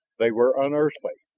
they were unearthly!